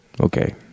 Okay